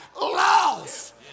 lost